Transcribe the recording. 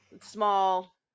small